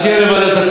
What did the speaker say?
אז שיהיה בוועדת,